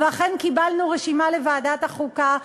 ואכן קיבלנו רשימה לוועדת החוקה.